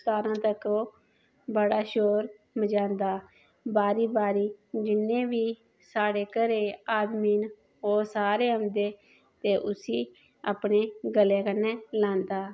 इन्नी चिर ओह् बड़ा शोर मचांदा बारी बारी जिन्ने बी साढ़े घरे गी आदमी ना ओह् सारे औंदे उसी अपने गले कन्नै लांदे